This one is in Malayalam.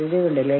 പ്രശ്നമില്ല